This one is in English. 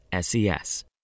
SES